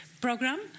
program